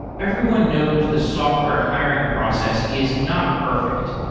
everyone knows the software hiring process is not perfect.